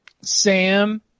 Sam